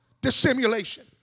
dissimulation